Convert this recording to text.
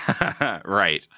Right